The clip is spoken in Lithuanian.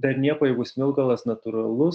dar nieko jeigu smilkalas natūralus